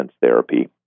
therapy